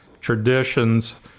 traditions